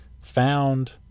found